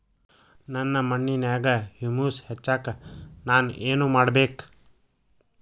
ನನ್ನ ಮಣ್ಣಿನ್ಯಾಗ್ ಹುಮ್ಯೂಸ್ ಹೆಚ್ಚಾಕ್ ನಾನ್ ಏನು ಮಾಡ್ಬೇಕ್?